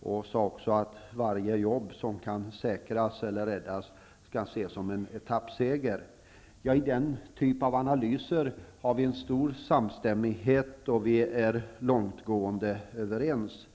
Hon sade också att varje arbetstillfälle som kan säkras eller räddas skall ses som en etappseger. Vi är samstämmiga i den typen av analyser och är långtgående överens.